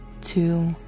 two